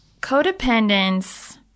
codependence